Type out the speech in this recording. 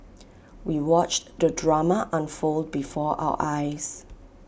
we watched the drama unfold before our eyes